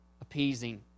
appeasing